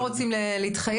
לא רוצים להתחייב,